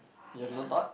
you have no thought